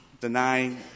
denying